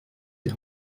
die